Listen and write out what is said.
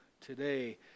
today